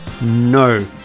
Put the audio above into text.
no